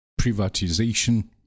privatization